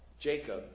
Jacob